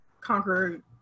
conquer